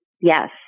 Yes